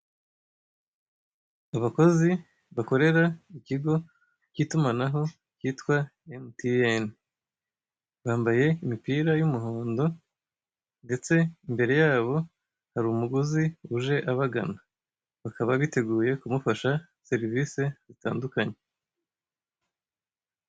Abakozi bakorera ikigo k'itumanaho kitwa emutiyeni, bambaye impira y'umuhundo ndetse imbere yabo hari umuguzi uje abagana bakaba biteguye kumufasha serivisi zitandukanye.